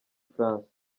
france